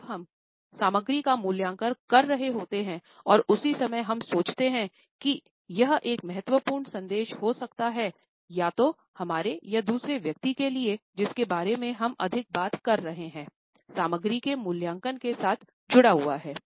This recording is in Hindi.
जब हम सामग्री का मूल्यांकन कर रहे होते हैं और उसी समय हम सोचते हैं कि यह एक महत्वपूर्ण संदेश हो सकता है या तो हमारे या दूसरे व्यक्ति के लिए जिसके बारे में हम अधिक बात कर रहे हैं सामग्री के मूल्यांकन के साथ जुड़ा हुआ हैं